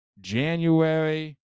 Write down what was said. January